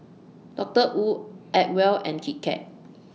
Doctor Wu Acwell and Kit Kat